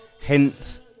Hence